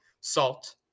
salt